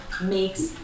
makes